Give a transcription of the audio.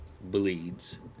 bleeds